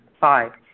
Five